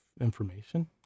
information